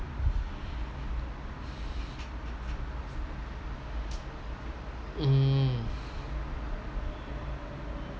mm